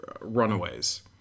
runaways